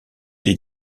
des